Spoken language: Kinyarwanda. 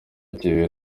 yakiriwe